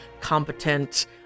competent